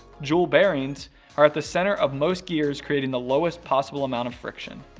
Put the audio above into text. jewel bearings are at the center of most gears creating the lowest possible amount of friction.